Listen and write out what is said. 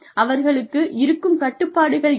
அவர்களுக்கு இருக்கும் கட்டுப்பாடுகள் என்ன